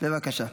אינו נוכח.